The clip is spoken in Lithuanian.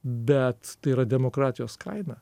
bet tai yra demokratijos kaina